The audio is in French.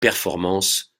performances